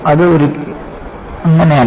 അത് ഒരിക്കലും അങ്ങനെയല്ല